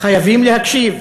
חייבים להקשיב,